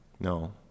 No